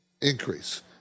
increase